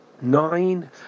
Nine